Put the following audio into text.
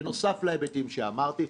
בנוסף להיבטים שאמרתי.